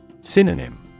Synonym